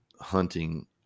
hunting